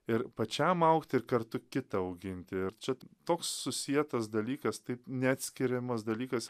ir pačiam augti ir kartu kita auginti ir čia toks susietas dalykas taip neatskiriamas dalykas